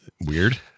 weird